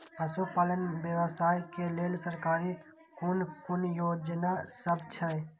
पशु पालन व्यवसाय के लेल सरकारी कुन कुन योजना सब छै?